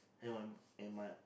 and my and my